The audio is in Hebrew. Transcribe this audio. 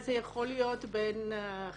זה יכול להיות 200,